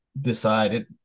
decided